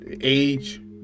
age